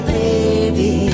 baby